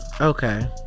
okay